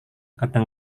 kadang